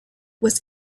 was